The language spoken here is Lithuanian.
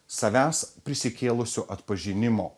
savęs prisikėlusio atpažinimo